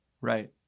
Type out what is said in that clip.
Right